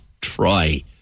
try